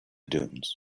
dunes